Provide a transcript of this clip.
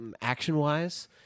action-wise